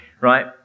Right